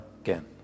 again